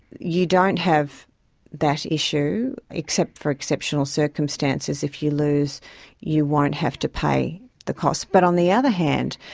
you don't have that issue. except for exceptional circumstances, if you lose you won't have to pay the cost. but on the other hand,